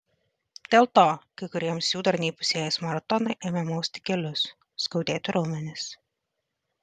dėl to kai kuriems jų dar neįpusėjus maratonui ėmė mausti kelius skaudėti raumenis